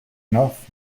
north